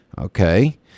okay